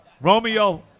Romeo